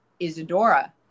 Isadora